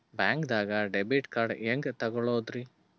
ಬ್ಯಾಂಕ್ದಾಗ debit card ಹೆಂಗ್ ತಗೊಳದ್ರಿ?